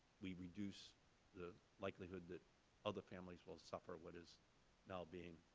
we reduce the likelihood that other families won't suffer what is now being